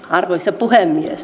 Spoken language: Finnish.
arvoisa puhemies